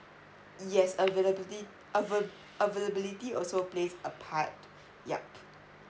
yes availability ava availability also plays a part yup